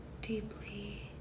deeply